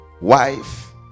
wife